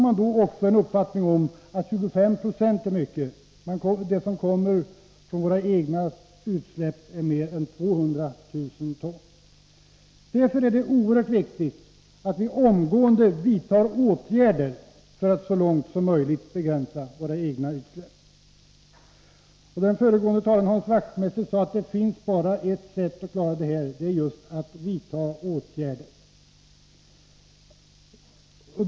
Man får också en uppfattning om att 25 96 är mycket — det som kommer från våra egna utsläpp är mer än 200 000 ton. Därför är det oerhört viktigt att vi omgående vidtar åtgärder för att så långt som möjligt begränsa våra egna utsläpp. Den föregående talaren, Hans Wachtmeister, sade att det bara finns ett sätt att klara problemen, och det är just att vidta åtgärder.